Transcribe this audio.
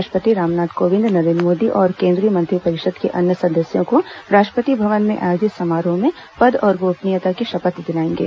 राष्ट्रपति रामनाथ कोविंद नरेन्द्र मोदी और केन्द्रीय मंत्रिपरिषद के अन्य सदस्यों को राष्ट्रपति भवन में आयोजित समारोह में पद और गोपनीयता की शपथ दिलाएंगे